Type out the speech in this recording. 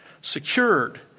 Secured